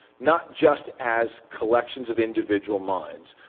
not just as collections of individual minds,